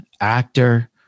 actor